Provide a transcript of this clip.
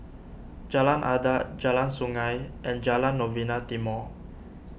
Jalan Adat Jalan Sungei and Jalan Novena Timor